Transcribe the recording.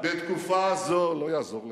לא יעזור לך.